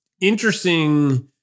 interesting